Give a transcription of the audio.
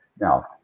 Now